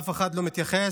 אף אחד לא מתייחס,